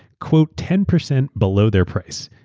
aeuroequote ten percent below their price.